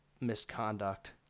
misconduct